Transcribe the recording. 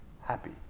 happy